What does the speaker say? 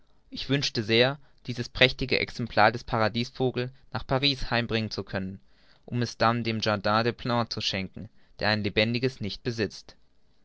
ich wünschte sehr dieses prächtige exemplar des paradiesvogels nach paris heimbringen zu können um es dem jardin des plantes zu schenken der ein lebendiges nicht besitzt